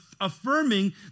affirming